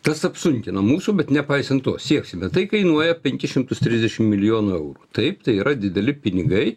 tas apsunkina mūsų bet nepaisant to sieksime tai kainuoja penkis šimtus trisdešim milijonų eurų taip tai yra dideli pinigai